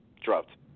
dropped